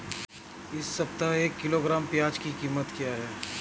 इस सप्ताह एक किलोग्राम प्याज की कीमत क्या है?